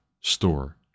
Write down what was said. store